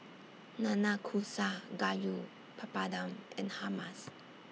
Nanakusa Gayu Papadum and Hummus